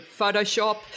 Photoshop